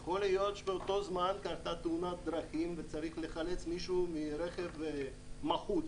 יכול להיות שבאותו זמן קרתה תאונת דרכים וצריך לחלץ מישהו מרכב מחוץ.